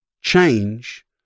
change